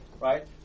right